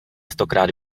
stokrát